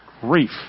Grief